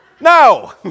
No